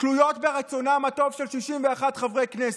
תלויות ברצונם הטוב של 61 חברי כנסת?